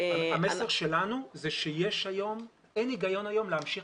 המסר שלנו הוא שהיום אין הגיון להמשיך